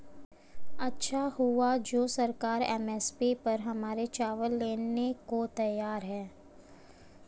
अच्छा हुआ जो सरकार एम.एस.पी पर हमारे चावल लेने को तैयार है